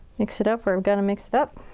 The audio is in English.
mix it up where i've gotta mix it up.